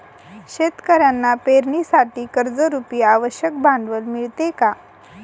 शेतकऱ्यांना पेरणीसाठी कर्जरुपी आवश्यक भांडवल मिळते का?